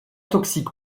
toxique